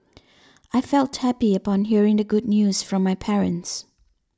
I felt happy upon hearing the good news from my parents